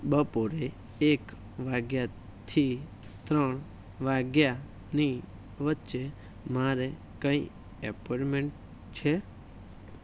બપોરે એક વાગ્યાથી ત્રણ વાગ્યાની વચ્ચે મારે કઈ એપોરમેન્ટ છે